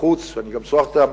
וגם שוחחתי אתם.